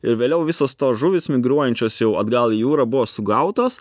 ir vėliau visos tos žuvys migruojančios jau atgal į jūrą buvo sugautos